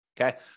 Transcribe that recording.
Okay